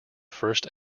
first